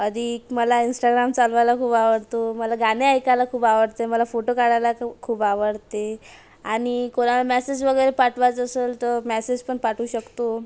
अधिक मला इंस्टाग्राम चालवायला खूप आवडतो मला गाणी ऐकायला खूप आवडते मला फोटो काढायला खूप आवडते आणि कोणाला मेसेज वगैरे पाठवायचा असेल तर मेसेज पण पाठवू शकतो